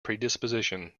predisposition